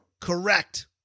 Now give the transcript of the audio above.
correct